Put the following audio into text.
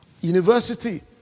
University